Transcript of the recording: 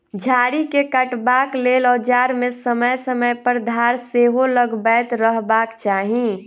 झाड़ी के काटबाक लेल औजार मे समय समय पर धार सेहो लगबैत रहबाक चाही